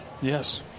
Yes